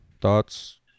Thoughts